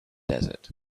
desert